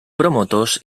promotors